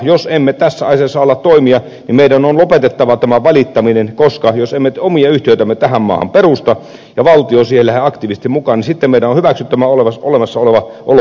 jos emme tässä asiassa ala toimia niin meidän on lopetettava tämä valittaminen koska jos emme omia yhtiöitämme tähän maahan perusta ja valtio ei siihen lähde aktiivisesti mukaan niin sitten meidän on hyväksyttävä tämä olemassa oleva olotila